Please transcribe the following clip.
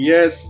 Yes